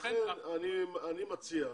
אני מציע,